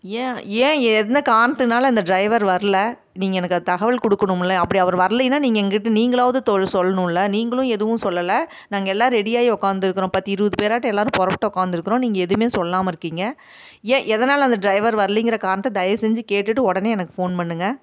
ஏன் ஏன் எந்த காரணத்தினால அந்த டிரைவர் வர்ல நீங்கள் எனக்கு அது தகவல் கொடுக்கணும்ல அப்படி அவர் வர்லைனா நீங்கள் எங்கள்கிட்ட நீங்களாது தொல் சொல்லணும்ல நீங்களும் எதுவும் சொல்லலை நாங்கள் எல்லாரும் ரெடியாகி உட்காந்துருக்குறோம் பத்து இருபது பேராட்டம் எல்லாரும் புறப்பட்டு உட்காந்துருக்குறோம் நீங்கள் எதுவுமே சொல்லாமல் இருக்கிங்க ஏன் எதனால் அந்த டிரைவர் வர்லைங்கிற காரணத்தை தயவுசெஞ்சு கேட்டுகிட்டு உடனே எனக்கு ஃபோன் பண்ணுங்க